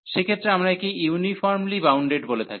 সেই ক্ষেত্রে আমরা একে ইউনিফর্মলি বাউন্ডেড বলে থাকি